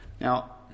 Now